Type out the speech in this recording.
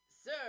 sir